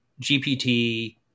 GPT